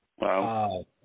wow